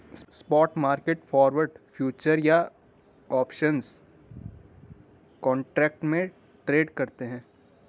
spot market forward, futures या options contract में trade करते हैं